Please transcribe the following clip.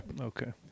Okay